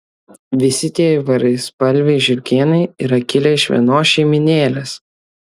visi tie įvairiaspalviai žiurkėnai yra kilę iš vienos šeimynėlės